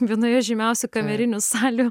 vienoje žymiausių kamerinių salių